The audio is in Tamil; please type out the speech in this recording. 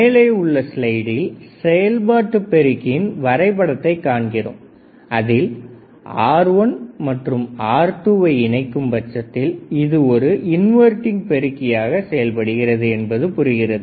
மேலே உள்ள ஸ்லைடில் செயல்பாட்டுப் பெருக்கியின் வரைபடத்தை காண்கிறோம் அதில் R1 மற்றும் R2 வை இணைக்கும் பட்சத்தில் இது ஒரு இன்வர்டிங் பெருக்கியாக செயல்படுகிறது என்பது புரிகிறது